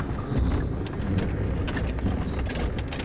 closing the inner end of the gates of death.